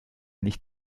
nicht